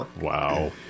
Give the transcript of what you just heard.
wow